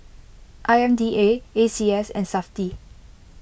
I M D A A C S and SAFTI